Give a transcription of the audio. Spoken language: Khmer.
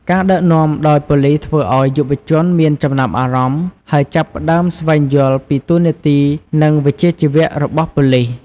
ការដឹកនាំដោយប៉ូលីសធ្វើឲ្យយុវជនមានចំណាប់អារម្មណ៍ ហើយចាប់ផ្តើមស្វែងយល់ពីតួនាទីនិងវិជ្ជាជីវៈរបស់ប៉ូលីស។